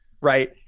right